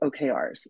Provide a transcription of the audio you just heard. OKRs